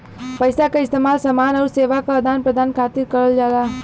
पइसा क इस्तेमाल समान आउर सेवा क आदान प्रदान खातिर करल जाला